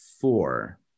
four